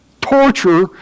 torture